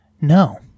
No